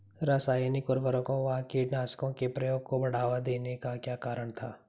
रासायनिक उर्वरकों व कीटनाशकों के प्रयोग को बढ़ावा देने का क्या कारण था?